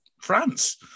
France